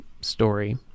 story